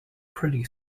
pretty